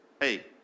Hey